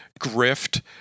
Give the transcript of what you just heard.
grift